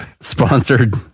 sponsored